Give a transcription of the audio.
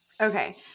Okay